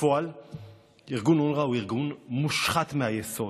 בפועל ארגון אונר"א הוא ארגון מושחת מהיסוד.